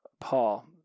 Paul